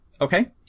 Okay